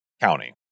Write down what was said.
county